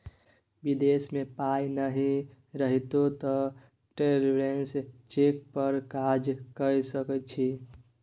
विदेश मे पाय नहि रहितौ तँ ट्रैवेलर्स चेक पर काज कए सकैत छी